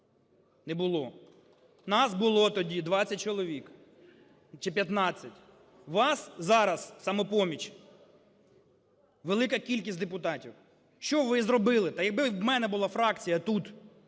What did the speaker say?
Не було. Нас було тоді 20 чоловік чи 15. Вас зараз, "Самопоміч", велика кількість депутатів. Що ви зробили? Та якби в мене була фракція тут